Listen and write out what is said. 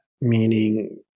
meaning